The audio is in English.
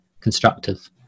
constructive